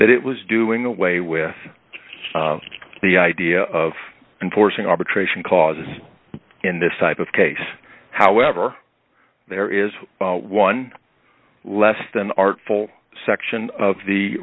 that it was doing away with the idea of enforcing arbitration clauses in this type of case however there is one less than artful section of the